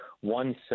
one